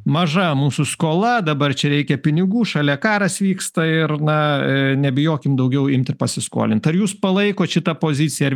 maža mūsų skola dabar čia reikia pinigų šalia karas vyksta ir na nebijokim daugiau imt ir pasiskolint ar jūs palaikot šitą poziciją ar